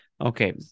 Okay